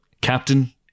captain